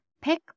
Pick